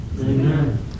Amen